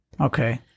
Okay